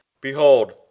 Behold